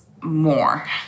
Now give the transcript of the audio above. more